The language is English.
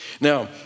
Now